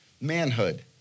manhood